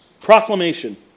proclamation